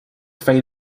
fine